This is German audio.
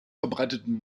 verbreiteten